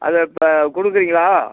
அதை இப்போ கொடுக்குறீங்களா